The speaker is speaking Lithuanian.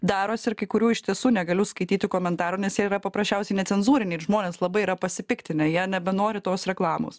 darosi ir kai kurių iš tiesų negaliu skaityti komentarų nes jie yra paprasčiausiai necenzūriniai ir žmonės labai yra pasipiktinę jie nebenori tos reklamos